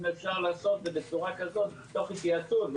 אם אפשר לעשות את זה בצורה כזאת תוך התייעצות,